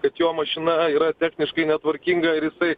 kad jo mašina yra techniškai netvarkinga ir jisai